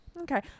Okay